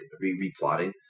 re-plotting